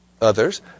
others